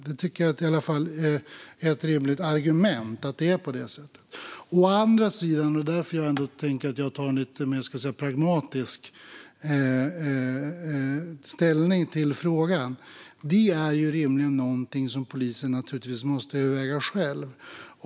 Det tycker jag i alla fall är ett rimligt argument. Å andra sidan - och det är därför jag ändå tar en lite mer pragmatisk ställning till frågan - är detta rimligen någonting som polisen måste överväga själv.